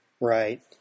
right